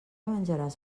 menjaràs